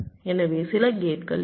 எனவே சில கேட்கள் இருக்கும்